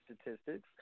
statistics